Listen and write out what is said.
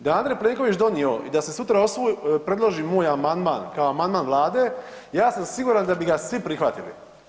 Da je Andrej Plenković donio i da se sutra predloži moj amandman kao amandman Vlade, ja sam siguran da bi ga svi prihvatili.